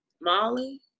Molly